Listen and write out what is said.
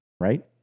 right